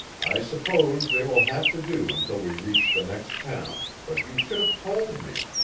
i suppose they will have to do until we reach the next town, but you should have told me.